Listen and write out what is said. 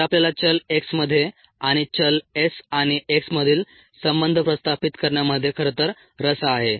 तर आपल्याला चल x मध्ये आणि चल s आणि x मधील संबंध प्रस्थापित करण्यामध्ये खरतर रस आहे